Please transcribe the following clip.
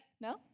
No